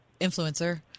influencer